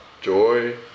joy